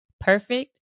perfect